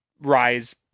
rise